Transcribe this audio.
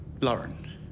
Lauren